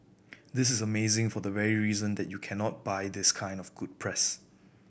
this is amazing for the very reason that you cannot buy this kind of good press